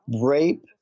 rape